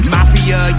Mafia